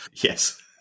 Yes